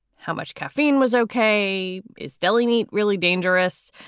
how much caffeine was okay. is deline really dangerous?